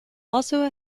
also